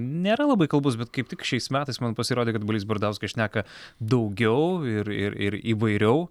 nėra labai kalbus bet kaip tik šiais metais man pasirodė kad balys bardauskas šneka daugiau ir ir ir įvairiau